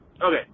Okay